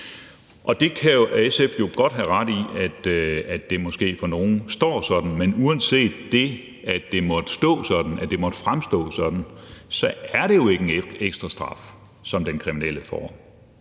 Det kan SF jo godt have ret i, altså at det måske for nogle fremstår sådan, men uanset at det måtte fremstå sådan, så er det jo ikke en ekstra straf, som den kriminelle får,